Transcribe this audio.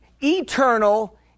eternal